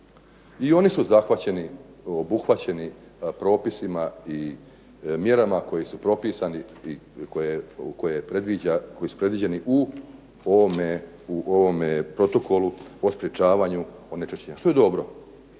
I oni su zahvaćeni i obuhvaćeni propisima i mjerama koje su propisane i koji su predviđeni u ovome protokolu o sprečavanju onečišćenja, što je dobro,